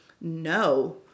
no